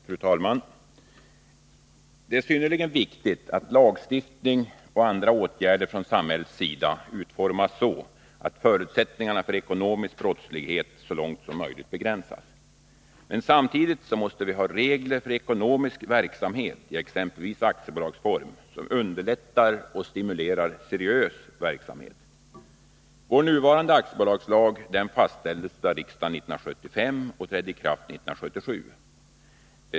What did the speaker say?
Fru talman! Det är synnerligen viktigt att lagstiftning och andra åtgärder från samhällets sida utformas så, att förutsättningarna för ekonomisk brottslighet så långt som möjligt begränsas. Men samtidigt måste vi ha regler för ekonomisk verksamhet i exempelvis aktiebolagsform som underlättar och stimulerar seriös verksamhet. Vår nuvarande aktiebolagslag fastställdes av riksdagen 1975 och trädde i kraft 1977.